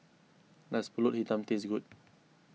does Pulut Hitam taste good